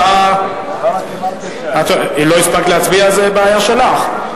אם לא הספקת להצביע, זו בעיה שלך.